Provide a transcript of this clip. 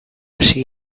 hasi